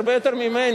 הרבה יותר ממני,